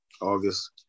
August